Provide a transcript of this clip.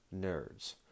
Nerds